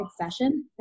session